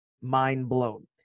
Mind-blown